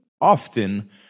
often